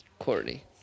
Courtney